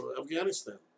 Afghanistan